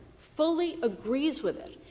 fully agrees with it,